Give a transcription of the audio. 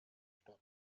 statt